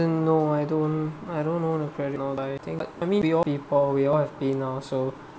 no I don't I don't own a credit card but I think I mean we all happy now so